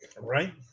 Right